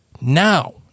now